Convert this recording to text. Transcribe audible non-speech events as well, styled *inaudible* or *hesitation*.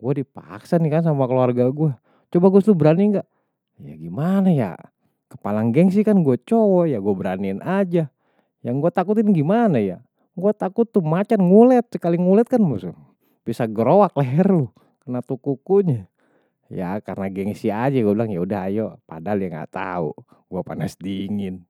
Gua dipaksa nih kan sama keluarga gue. Coba gue sih berani gak ya gimana ya kepalang geng sih kan gue cowok, ya gue beraniin aja. Yang gue takutin gimana ya gue takut tuh macan ngulet, sekali ngulet kan. *hesitation* Bisa gerowak leher lu, kena tuh kukunya. Ya karena gengsi aja gue bilang, ya udah ayo. Padahal dia gak tahu. Gua panas dingin.